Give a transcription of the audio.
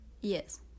Yes